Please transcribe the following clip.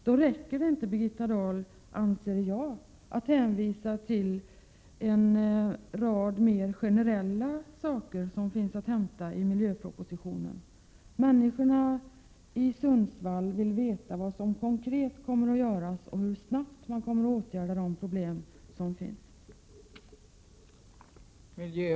Då räcker det inte, anser jag, att hänvisa till en rad mer generella saker som finns att hämta i miljöpropositionen, Birgitta Dahl. Människorna i Sundsvall vill veta vad som konkret kommer att göras och hur snabbt man kommer att vidta åtgärder mot de problem som finns här.